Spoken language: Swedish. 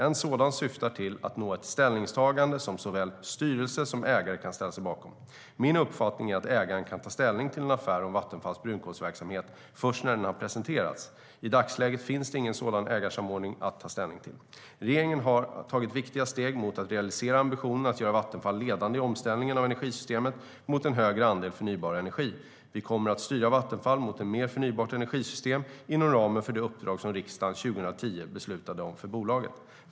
En sådan syftar till att nå ett ställningstagande som såväl styrelse som ägare kan ställa sig bakom. Min uppfattning är att ägaren kan ta ställning till en affär om Vattenfalls brunkolsverksamhet först när den har presenterats. I dagsläget finns det ingen sådan ägarsamordning att ta ställning till. Regeringen har tagit viktiga steg mot att realisera ambitionen att göra Vattenfall ledande i omställningen av energisystemet mot en högre andel förnybar energi. Vi kommer att styra Vattenfall mot ett mer förnybart energisystem inom ramen för det uppdrag som riksdagen 2010 beslutade om för bolaget.